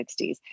1960s